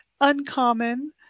uncommon